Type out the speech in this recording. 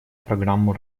программу